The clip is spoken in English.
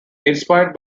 inspired